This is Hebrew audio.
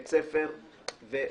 בית ספר וחברות.